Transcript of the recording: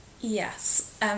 Yes